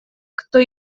кто